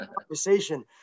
conversation